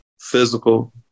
physical